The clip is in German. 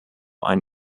ein